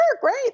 great